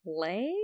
play